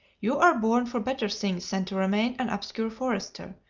you are born for better things than to remain an obscure forester,